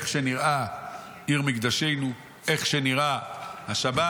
איך שנראית עיר מקדשנו, איך שנראית השבת.